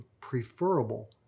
preferable